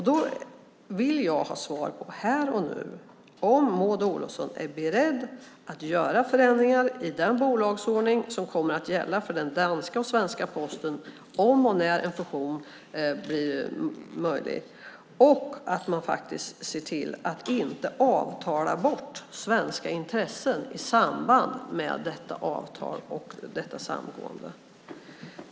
Jag vill ha svar här och nu om Maud Olofsson är beredd att vidta förändringar i den bolagsordning som kommer att gälla för den danska och svenska Posten om och när en fusion blir möjlig och se till att inte avtala bort svenska intressen i samband med detta avtal och samgåendet.